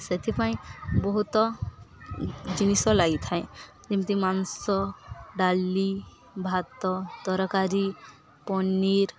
ସେଥିପାଇଁ ବହୁତ ଜିନିଷ ଲାଗିଥାଏ ଯେମିତି ମାଂସ ଡାଲି ଭାତ ତରକାରୀ ପନିର୍